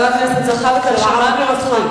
חבר הכנסת זחאלקה, שמענו אותך.